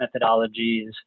methodologies